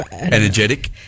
Energetic